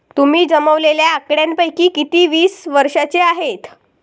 तुम्ही जमवलेल्या आकड्यांपैकी किती वीस वर्षांचे आहेत?